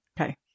Okay